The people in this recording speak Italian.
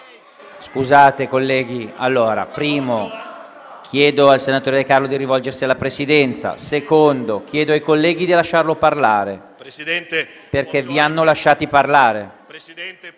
Scusate, colleghi, chiedo al senatore De Carlo di rivolgersi alla Presidenza e chiedo ai colleghi di lasciarlo parlare, come hanno lasciato parlare